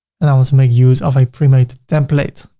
and i was making use of a pre-made template.